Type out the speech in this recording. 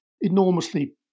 enormously